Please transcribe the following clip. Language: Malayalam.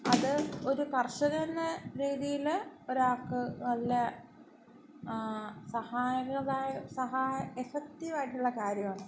അത് ഒരു കർഷകനെന്ന രീതിയില് ഒരാൾക്കു നല്ല എഫക്റ്റീവായിട്ടുള്ള കാര്യമാണ്